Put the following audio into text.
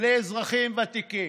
לאזרחים ותיקים.